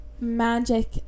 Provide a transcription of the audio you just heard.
magic